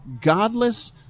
godless